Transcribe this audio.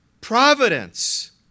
providence